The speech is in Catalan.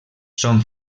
són